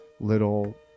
little